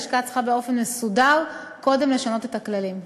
הלשכה צריכה באופן מסודר קודם לשנות את הכללים.